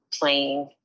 playing